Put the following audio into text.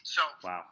Wow